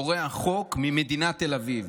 פורעי החוק ממדינת תל אביב.